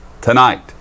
tonight